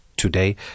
today